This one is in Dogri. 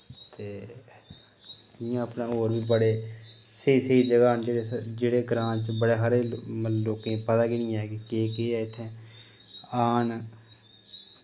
ते इ'यां अपने और बी बड़े स्हेई स्हेई जगहं न जेह्ड़े जेह्ड़े ग्रां च बड़े हारे म लोकें पता गै नेईं ऐ कि केह् केह् ऐ इत्थै औन